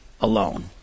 alone